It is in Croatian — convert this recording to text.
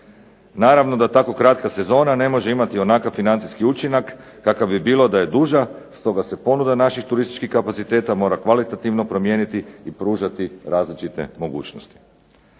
Naravno da tako kratka sezona ne može imati onakav financijski učinak kakav bi bilo da je duža, stoga se ponuda naših turističkih kapaciteta mora kvalitativno promijeniti, pružati različite mogućnosti.